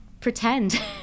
pretend